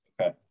Okay